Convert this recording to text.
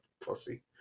pussy